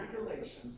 regulations